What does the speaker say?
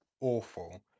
awful